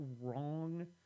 wrong